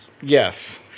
Yes